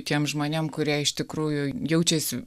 tiem žmonėm kurie iš tikrųjų jaučiasi